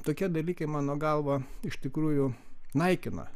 tokie dalykai mano galva iš tikrųjų naikina